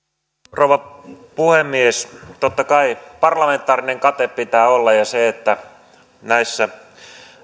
rouva puhemies totta kai parlamentaarinen kate pitää olla ja siitä että näissä